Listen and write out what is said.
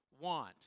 want